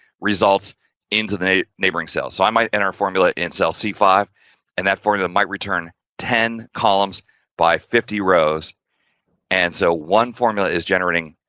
results into the neighboring cells. so, i might enter formula in cell c five and that formula might return ten columns by fifty rows and so, one formula is generating,